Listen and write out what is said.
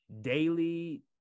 daily